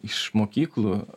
iš mokyklų